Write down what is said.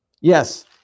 Yes